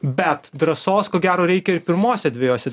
bet drąsos ko gero reikia ir pirmose dvejose